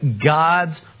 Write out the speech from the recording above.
God's